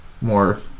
more